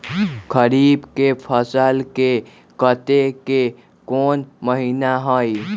खरीफ के फसल के कटे के कोंन महिना हई?